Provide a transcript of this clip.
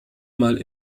mal